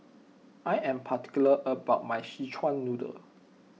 I am particular about my Szechuan Noodle